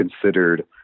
considered